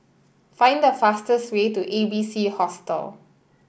find the fastest way to A B C Hostel